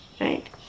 Right